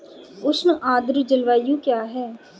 उष्ण आर्द्र जलवायु क्या है?